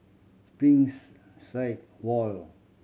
Springs side wall